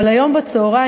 אבל היום בצהריים,